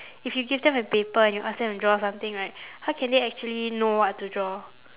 if you give them a paper and you ask them to draw something right how can they actually know what to draw